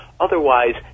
Otherwise